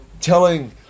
telling